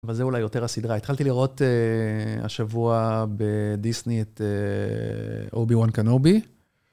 אבל זה אולי יותר הסדרה. התחלתי לראות השבוע בדיסני את אובי וואן קנובי.